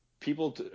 People